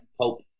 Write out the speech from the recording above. Pope